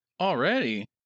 Already